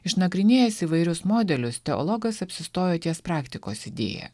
išnagrinėjęs įvairius modelius teologas apsistojo ties praktikos idėja